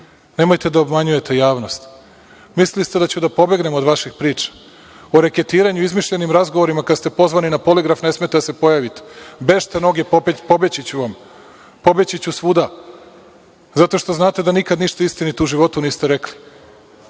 Nemojte da obmanjujete javnost. Mislili ste da ću da pobegnem od vaših priča. O reketiranju i izmišljenim razgovorima kada ste pozvani na poligraf ne smete da se pojavite. Bežite noge, pobeći ću vam, pobeći ću svuda, zato što znate da nikada ništa istinito u životu niste rekli.